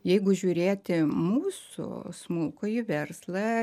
jeigu žiūrėti mūsų smulkųjį verslą